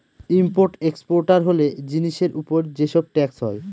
import exporter হলে জিনিসের উপর যে সব ট্যাক্স হয়